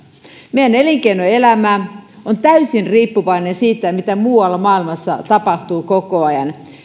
meidän elinkeinoelämä on täysin riippuvainen siitä mitä muualla maailmassa tapahtuu koko ajan